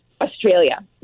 Australia